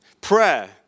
Prayer